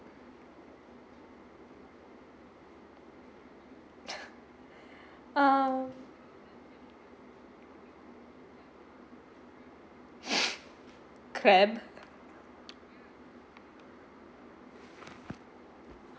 um crab